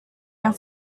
yang